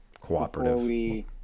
Cooperative